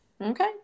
Okay